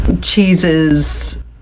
cheeses